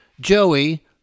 Joey